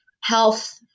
health